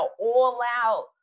all-out